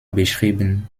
beschrieben